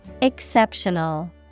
EXCEPTIONAL